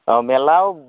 অঁ মেলাও